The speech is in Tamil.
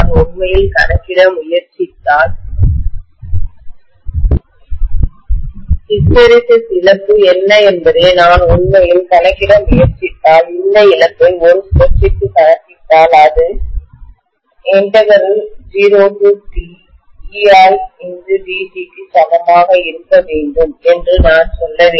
ஹிஸ்டெரெசிஸ் இழப்பு என்ன என்பதை நான் உண்மையில் கணக்கிட முயற்சித்தால் இந்த இழப்பை ஒரு சுழற்சிக்கு கணக்கிட்டால் அது0Teidt க்கு சமமாக இருக்க வேண்டும் என்று நான் சொல்ல வேண்டும்